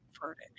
verdict